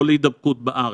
לא להידבקות בארץ.